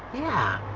yeah.